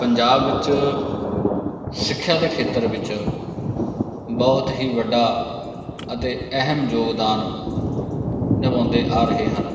ਪੰਜਾਬ ਵਿੱਚ ਸਿੱਖਿਆ ਦੇ ਖੇਤਰ ਵਿੱਚ ਬਹੁਤ ਹੀ ਵੱਡਾ ਅਤੇ ਅਹਿਮ ਯੋਗਦਾਨ ਨਿਭਾਉਂਦੇ ਆ ਰਹੇ ਹਨ